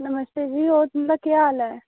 नमस्ते जी होर तुंदा केह् हाल ऐ